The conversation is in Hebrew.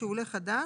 שהוא עולה חדש",